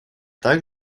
так